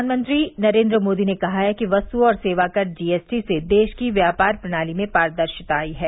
प्रधानमंत्री नरेंद्र मोदी ने कहा है कि वस्तु और सेवा कर जी एस टी से देश की व्यापार प्रणाली में पारदर्शिता आयी है